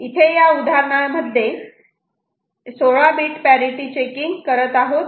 इथे या उदाहरणात मध्ये 16 बीट पॅरिटि चेकिंग करत आहोत